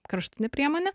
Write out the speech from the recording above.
kraštutinė priemonė